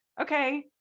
okay